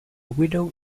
widow